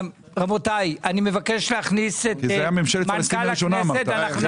כי זאת הייתה ממשלת פלסטין הראשונה, אמרת.